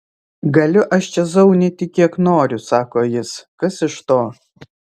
galiu aš čia zaunyti kiek noriu sako jis kas iš to